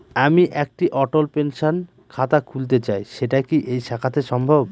আমি একটি অটল পেনশন খাতা খুলতে চাই সেটা কি এই শাখাতে সম্ভব?